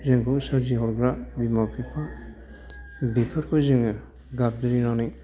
जोंखौ सोरजिहरग्रा बिमा बिफा बिफोरखौ जोङो गाबज्रिनानै